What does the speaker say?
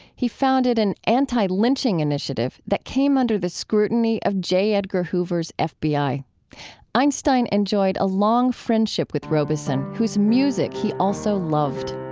he founded an anti-lynching initiative that came under the scrutiny of j. edgar hoover's ah fbi. einstein enjoyed a long friendship with robeson, whose music he also loved